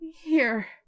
here